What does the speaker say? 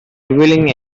revealing